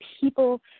people